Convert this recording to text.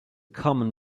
common